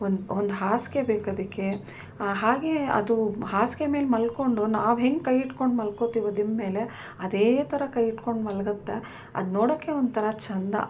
ಒಂದು ಒಂದು ಹಾಸಿಗೆ ಬೇಕು ಅದಕ್ಕೆ ಹಾಗೆ ಅದು ಹಾಸಿಗೆ ಮೇಲೆ ಮಲ್ಕೊಂಡು ನಾವು ಹೆಂಗೆ ಕೈ ಇಟ್ಕೊಂಡು ಮಲ್ಕೊತೀವೋ ದಿಂಬು ಮೇಲೆ ಅದೇ ಥರ ಕೈ ಇಟ್ಕೊಂಡು ಮಲ್ಗುತ್ತೆ ಅದು ನೋಡೋಕೆ ಒಂಥರ ಚಂದ